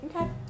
Okay